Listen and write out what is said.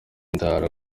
ndara